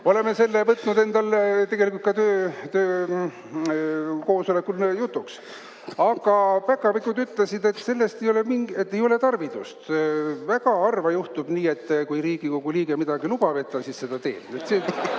Oleme selle võtnud endal tegelikult ka töökoosolekul jutuks. Aga päkapikud ütlesid, et selleks ei ole mingit tarvidust, sest väga harva juhtub nii, et kui Riigikogu liige midagi lubab, siis seda ka teeb.